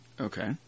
Okay